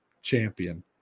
champion